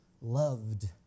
loved